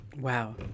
Wow